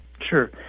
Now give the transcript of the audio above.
Sure